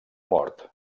mort